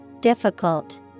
Difficult